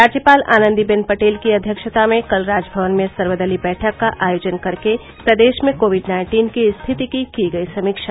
राज्यपाल आनंदीबेन पटेल की अध्यक्षता में कल राजभवन में सर्वदलीय बैठक का आयोजन कर के प्रदेश में कोविड नाइन्टीन की स्थिति की की गयी समीक्षा